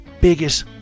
biggest